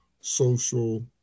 social